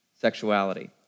Sexuality